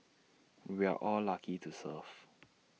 we're all lucky to serve